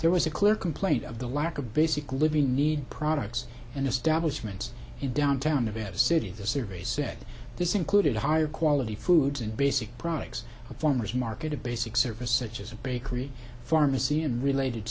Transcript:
there was a clear complaint of the lack of basic living need products and establishments in downtown nevada city the survey said this included higher quality foods and basic products a farmer's market a basic service such as a bakery pharmacy and related